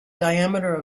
diameter